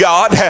God